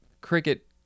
cricket